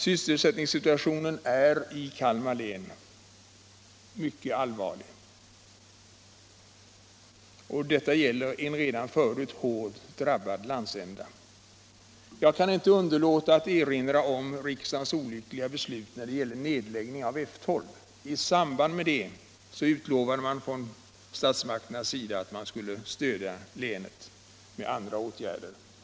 Sysselsättningssituationen i Kalmar län är tyvärr mycket allvarlig, och det gäller här en redan förut hårt drabbad landsända. Jag kan inte underlåta att erinra om riksdagens olyckliga beslut i fjol om nedläggning av F 12. I samband med det utlovade statsmakterna att man som kompensation härför skulle stödja länet med olika åtgärder.